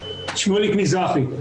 שמוליק מזרחי.